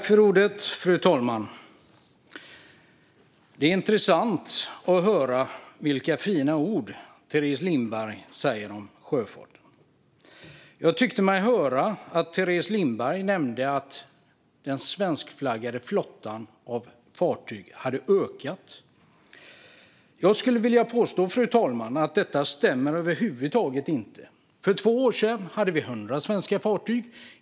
Fru talman! Det är intressant att höra Teres Lindbergs fina ord om sjöfarten. Jag tyckte mig höra att Teres Lindberg nämnde att den svenskflaggade fartygsflottan har ökat i omfattning. Jag skulle vilja påstå att detta över huvud taget inte stämmer. För två år sedan hade vi 100 svenska fartyg.